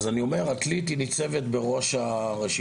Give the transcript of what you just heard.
אז אני אומר, עתלית ניצבת בראש הרשימה.